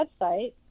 website